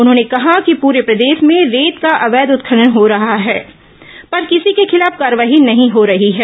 उन्होंने कहा कि पूरे प्रदेश में रेत का अवैध उत्खनन हो रहा है पर किसी के खिलाफ कार्रवाई नहीं हो रही है